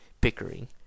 bickering